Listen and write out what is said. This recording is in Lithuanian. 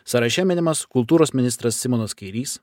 sąraše minimas kultūros ministras simonas kairys